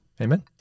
Amen